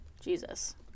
Jesus